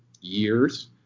years